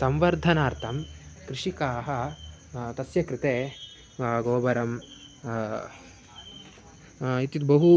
संवर्धनार्थं कृषिकाः तस्य कृते गोबरम् इति बहु